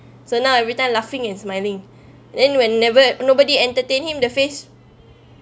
so now every time laughing and smiling then when never nobody entertain him the face